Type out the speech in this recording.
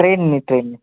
ट्रेननी ट्रेननी